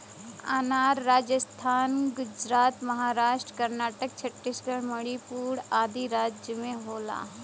अनार राजस्थान गुजरात महाराष्ट्र कर्नाटक छतीसगढ़ मणिपुर आदि राज में होला